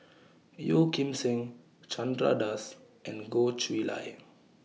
Yeo Kim Seng Chandra Das and Goh Chiew Lye